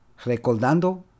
Recordando